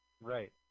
Right